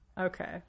Okay